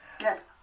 Yes